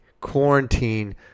quarantine